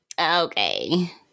okay